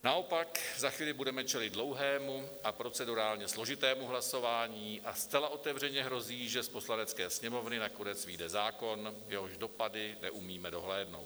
Naopak, za chvíli budeme čelit dlouhému a procedurálně složitému hlasování a zcela otevřeně hrozí, že z Poslanecké sněmovny nakonec vyjde zákon, jehož dopady neumíme dohlédnout.